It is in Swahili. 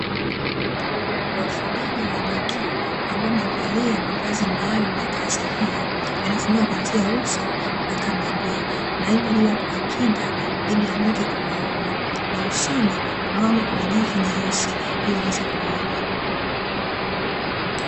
Wafugaji wa nyuki, ambao wamevalia mavazi maalumu ya kazi hiyo, yanayofunika kuanzia uso mpaka miguu; na hii, ni kwa ajili ya kuwakinga dhidi ya nyuki kuwauma, na usoni kuna kama nyavu nyeusi, ili waweze kuona.